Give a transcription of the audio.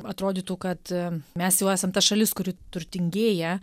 atrodytų kad mes jau esam ta šalis kuri turtingėja